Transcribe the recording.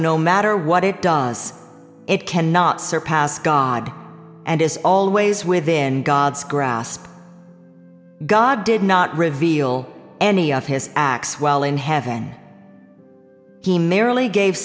no matter what it does it cannot surpass god and is always within god's grasp god did not reveal any of his acts well in heaven he merely gave